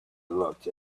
looked